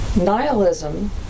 nihilism